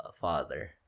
father